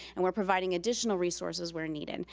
and we're providing additional resources where needed.